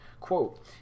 quote